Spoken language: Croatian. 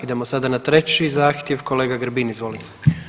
Idemo sada na treći zahtjev, kolega Grbin, izvolite.